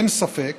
אין ספק